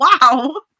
Wow